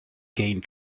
gained